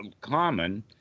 common